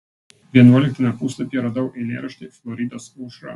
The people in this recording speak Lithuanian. vienuoliktame puslapyje radau eilėraštį floridos aušra